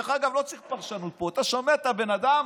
לא צריך פרשנות פה, אתה שומע את הבן אדם,